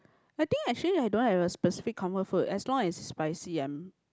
I think actually I don't have a specific comfort food as long as spicy I'm